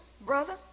brother